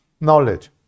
knowledge